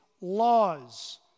laws